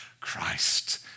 christ